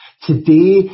Today